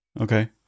Okay